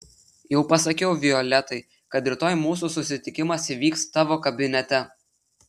jau pasakiau violetai kad rytoj mūsų susitikimas įvyks tavo kabinete